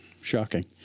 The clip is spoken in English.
Shocking